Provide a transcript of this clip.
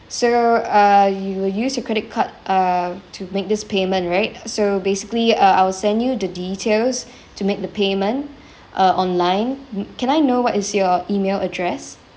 so uh you will use your credit card uh to make this payment right so basically uh I will send you the details to make the payment uh online can I know what is your email address